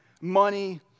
money